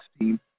team